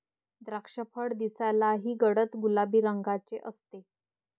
द्राक्षफळ दिसायलाही गडद गुलाबी रंगाचे असते